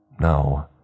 No